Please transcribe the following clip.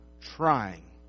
trying